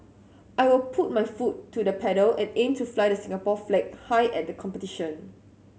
I will put my foot to the pedal and aim to fly the Singapore flag high at the competition